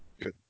Good